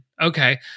okay